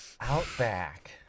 Outback